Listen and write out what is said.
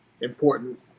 important